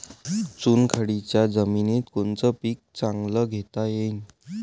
चुनखडीच्या जमीनीत कोनतं पीक चांगलं घेता येईन?